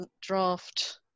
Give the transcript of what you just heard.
draft